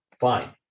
fine